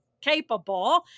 capable